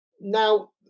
Now